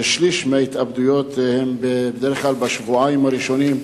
שליש מההתאבדויות הן בדרך כלל בשבועיים הראשונים.